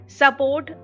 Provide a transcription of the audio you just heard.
support